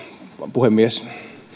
puhemies